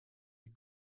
les